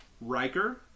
Riker